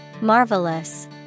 Marvelous